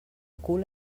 cul